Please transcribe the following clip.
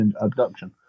abduction